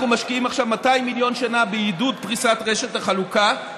אנחנו משקיעים עכשיו 200 מיליון שקלים בעידוד פריסת רשת החלוקה,